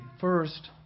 first